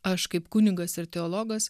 aš kaip kunigas ir teologas